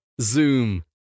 Zoom